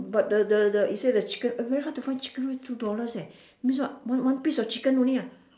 but the the the you say the chicken very hard to find chicken with two dollars eh means what one one piece of chicken only ah